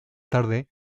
tarde